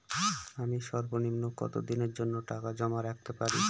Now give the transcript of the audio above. আমি সর্বনিম্ন কতদিনের জন্য টাকা জমা রাখতে পারি?